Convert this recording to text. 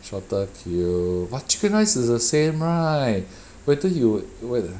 shorter queue but chicken rice is the same right whether you whethe~